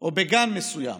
או בגן מסוים